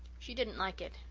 she didn't like it,